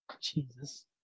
Jesus